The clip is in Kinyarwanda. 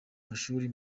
mashuri